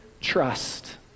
trust